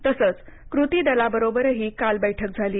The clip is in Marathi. तसंच कृती दलाबरोबरही काल बैठक झाली